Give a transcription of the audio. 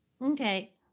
Okay